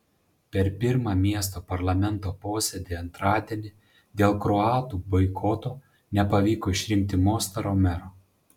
per pirmą miesto parlamento posėdį antradienį dėl kroatų boikoto nepavyko išrinkti mostaro mero